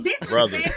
Brother